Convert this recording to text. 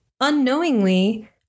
unknowingly